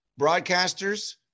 broadcasters